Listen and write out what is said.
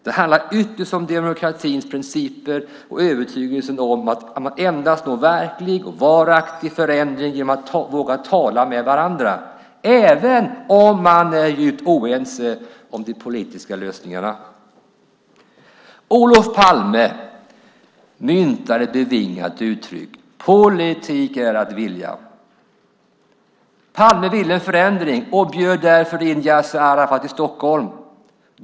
Det handlar ytterst om demokratins principer och övertygelsen om att man endast når verklig och varaktig förändring genom att våga tala med varandra, även om man är djupt oense om de politiska lösningarna. Olof Palme myntade ett bevingat uttryck: Politik är att vilja. Palme ville förändring och bjöd därför in Yasir Arafat till Stockholm.